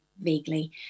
vaguely